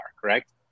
Correct